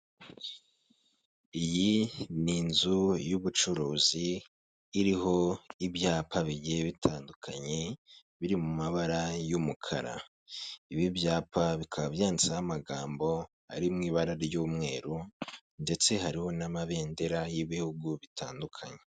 Iyi ni inzu y'ubucuruzi iriho ibyapa bigiye bitandukanye biri mu mabara y'umukara. Ibi byapa bikaba byandiho amagambo ari mu ibara ry'umweru ndetse hariho n'amabendera y'ibihugu bitandukanye.